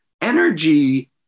energy